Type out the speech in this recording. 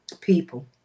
people